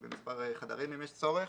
במספר חדרים אם יש צורך,